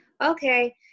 okay